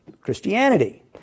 Christianity